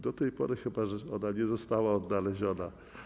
Do tej pory chyba ona nie została odnaleziona.